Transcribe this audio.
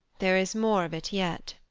there is more of it yet.